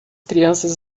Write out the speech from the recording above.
crianças